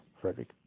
Frederick